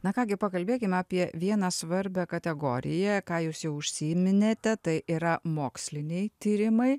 na ką gi pakalbėkime apie vieną svarbią kategoriją ką jūs jau užsiminėte tai yra moksliniai tyrimai